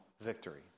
victory